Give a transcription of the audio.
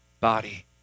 body